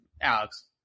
alex